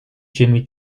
jimmy